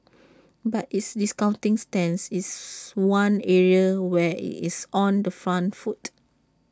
but its discounting stance is one area where IT is on the front foot